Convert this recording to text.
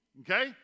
okay